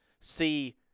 see